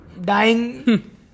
dying